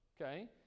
Okay